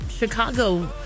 Chicago